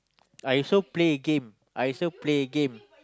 I also play game I also play game